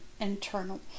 internal